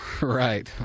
Right